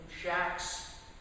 shacks